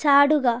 ചാടുക